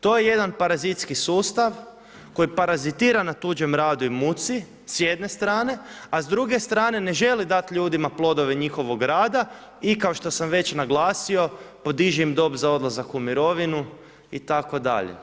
To je jedan parazitski sustav, koji parazitira na tuđem radu i muci s jedne strane, a s druge strane ne želi dati ljudima plodove njihovog rada i kao što sam već naglasio podiže im dob za odlazak u mirovinu, itd.